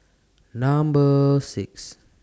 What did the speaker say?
Number six